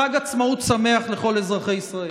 חג עצמאות שמח לכל אזרחי ישראל.